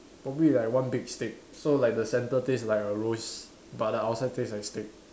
probably like one big stick so like the center taste like a rose but the outside taste like stick